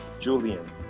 Julian